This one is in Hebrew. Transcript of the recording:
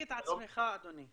את עצמך, אדוני.